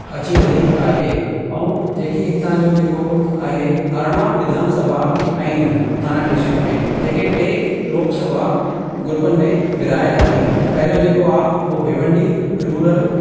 अची रही आहे ऐं जेकी हितां जो जेको अरिड़ां विधान सभा आहिनि थाणा डिस्ट्रिक में जेके टे लोक सभा ग्रुपनि में विरहायल आहिनि पहिरियों जेको आ उहो भिवंडी रुरल